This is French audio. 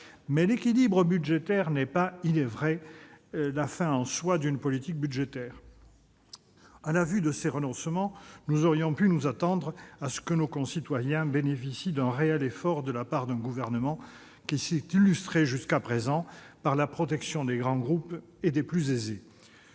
l'équilibre budgétaire n'est pas, il est vrai, la fin en soi d'une politique budgétaire. Au vu de ces renoncements, nous aurions pu nous attendre à ce que nos concitoyens bénéficient d'un réel effort de la part d'un gouvernement qui s'est illustré jusqu'à présent par son souci de protéger les grands groupes et les plus aisés.